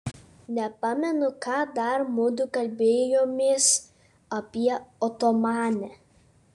nepamenu ką dar mudu kalbėjomės apie otomanę